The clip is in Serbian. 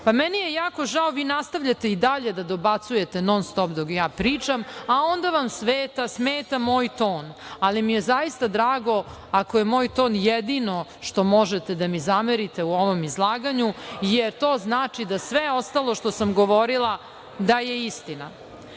pa meni je jako žao. Vi nastavljate i dalje da dobacujete, non-stop, dok ja pričam, a onda vam smeta moj ton, ali mi je zaista drago ako je moj ton jedino što možete da mi zamerite u ovom izlaganju, jer to znači da sve ostalo što sam govorila da je